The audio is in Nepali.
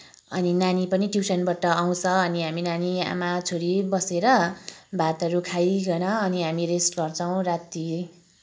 अनि नानी पनि ट्युसनबाट आउँछ अनि हामी नानी आमा छोरी बसेर भातहरू खाइकन अनि हामी रेस्ट गर्छौँ राति